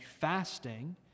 fasting